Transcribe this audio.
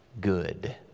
good